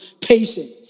patient